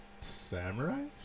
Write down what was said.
Samurai